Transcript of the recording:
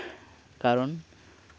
ᱠᱟᱨᱚᱱ